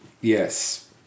Yes